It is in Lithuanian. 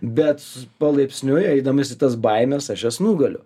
bet palaipsniui eidamas į tas baimes aš jas nugaliu